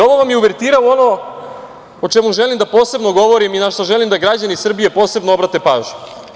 Ovo vam je uvertira u ono o čemu želim da posebno govorim i na šta želim da građani Srbije posebno obrate pažnju.